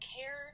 care